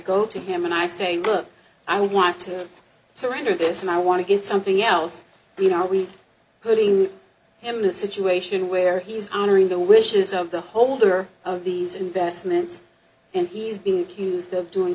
go to him and i say good i want to surrender this and i want to get something else you know we putting him in a situation where he's honoring the wishes of the holder of these investments and he's been accused of doing